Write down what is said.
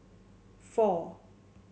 four